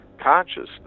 consciousness